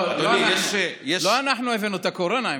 לא אנחנו הבאנו את הקורונה,